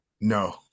No